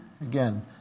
again